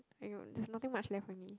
I know there's nothing much left only